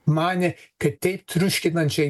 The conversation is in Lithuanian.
manė kad taip triuškinančiai